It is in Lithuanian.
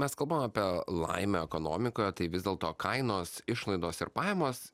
mes kalbam apie laimę ekonomikoje tai vis dėlto kainos išlaidos ir pajamos